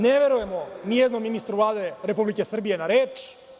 Ne verujemo ni jednom ministru Vlade Republike Srbije na reč.